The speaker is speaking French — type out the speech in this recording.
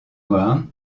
noires